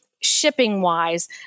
shipping-wise